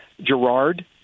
Gerard